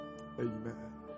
Amen